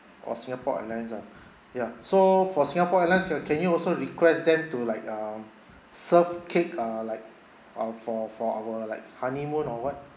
oh singapore airlines ah ya so for singapore airlines can can you also request them to like uh serve cake uh like uh for for our like honeymoon or what